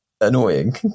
annoying